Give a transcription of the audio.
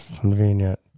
Convenient